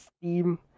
Steam